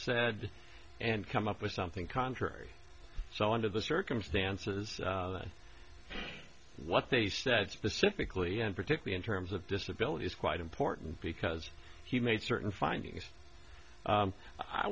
said and come up with something contrary so under the circumstances what they said specifically and particularly in terms of disability is quite important because he made certain findings